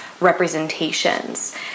representations